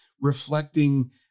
reflecting